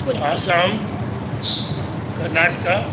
Assam Karnataka